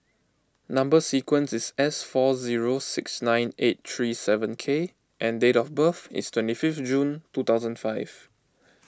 Number Sequence is S four zero six nine eight three seven K and date of birth is twenty five June two thousand five